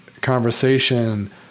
conversation